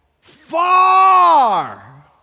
Far